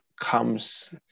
comes